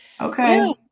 okay